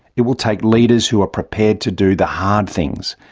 it will take leaders who are prepared to do the hard things,